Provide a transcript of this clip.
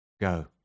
go